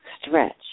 Stretch